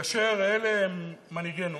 כאשר אלה הם מנהיגינו,